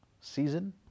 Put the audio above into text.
season